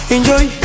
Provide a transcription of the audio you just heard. Enjoy